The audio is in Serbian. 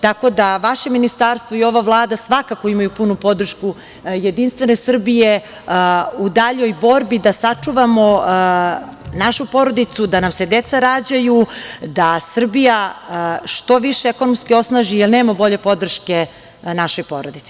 Tako da vaše ministarstvo i ova Vlada svakako imaju punu podršku JS u daljoj borbi da sačuvamo našu porodicu, da nam se deca rađaju, da Srbija što više ekonomski osnaži, jer nema bolje podrške našoj porodici.